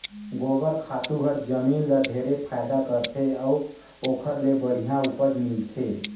गोबर खातू हर जमीन ल ढेरे फायदा करथे अउ ओखर ले बड़िहा उपज मिलथे